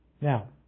Now